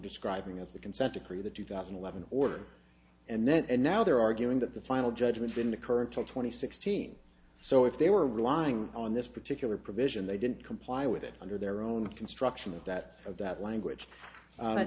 describing as the consent decree the two thousand and eleven order and then and now they're arguing that the final judgment didn't occur until twenty sixteen so if they were relying on this particular provision they didn't comply with it under their own construction of that of that language